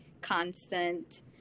constant